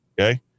okay